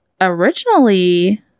originally